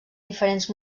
diferents